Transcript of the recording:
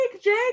Jake